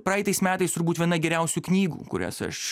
praeitais metais turbūt viena geriausių knygų kurias aš